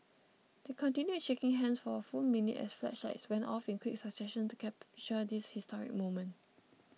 they continued shaking hands for a full minute as flashlights went off in quick succession to capture this historic moment